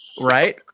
Right